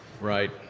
Right